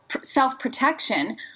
self-protection